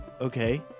Okay